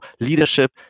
leadership